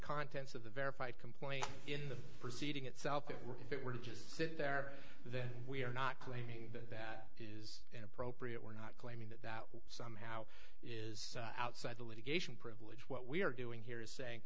contents of the verified complaint in the proceeding itself if it were to just sit there then we are not claiming that is inappropriate we're not claiming that that somehow is outside the litigation privilege what we are doing here is saying